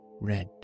red